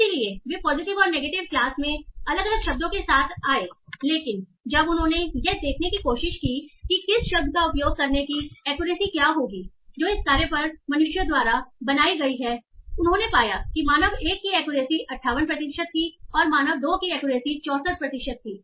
इसलिए वे पॉजिटिव और नेगेटिव क्लास में अलग अलग शब्दों के साथ आए लेकिन जब उन्होंने यह देखने की कोशिश की कि इस शब्द का उपयोग करने की एक्यूरेसी क्या होगी जो इस कार्य पर मनुष्यों द्वारा बनाई गई है उन्होंने पाया कि मानव 1 की एक्यूरेसी 58 प्रतिशत थी और मानव दो की एक्यूरेसी 64 प्रतिशत थी